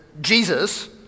Jesus